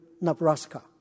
Nebraska